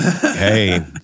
Hey